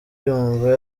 yumva